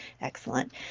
Excellent